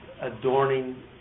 adorning